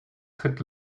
tritt